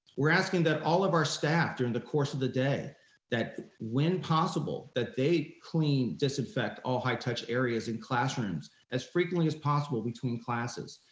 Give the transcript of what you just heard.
we're asking that all of our staff during the course of the day that when possible that they clean, disinfect all high-touch areas in classrooms as frequently as possible between classes,